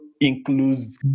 includes